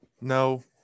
no